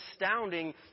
astounding